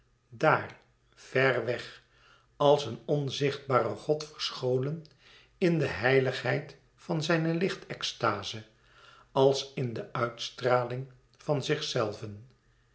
dàar vèr weg als een onzichtbare god verscholen in de heiligheid van zijne lichtextaze als in de uitstraling van zichzelven